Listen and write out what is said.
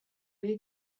ere